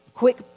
quick